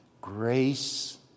Grace